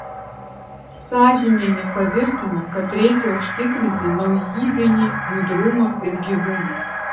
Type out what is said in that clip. sažinienė pavirtina kad reikia užtikrinti naujybinį judrumą ir gyvumą